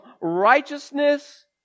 righteousness